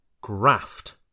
graft